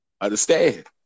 understand